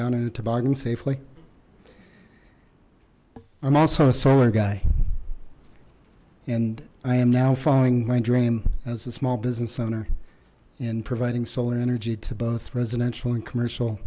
down in a toboggan safely i'm also a solar guy and i am now following my dream as a small business owner in providing solar energy to both residential and commercial